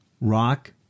Rock